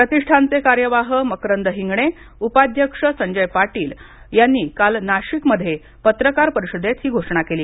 प्रतिष्ठानचे कार्यवाह मकरंद हिंगणे उपाध्यक्ष संजय पाटील यांनी काल नाशिकमध्ये पत्रकार परिषदेत ही घोषणा केली